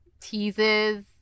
teases